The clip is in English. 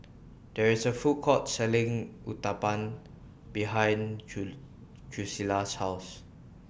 There IS A Food Court Selling Uthapam behind Julisa's House